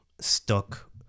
stuck